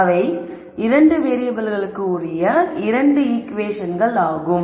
அவை 2 வேறியபிள்களுக்கு உரிய 2 ஈகுவேஷன்கள் ஆகும்